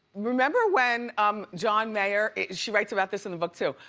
remember when um john mayer, she writes about this in the book too,